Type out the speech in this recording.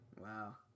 Wow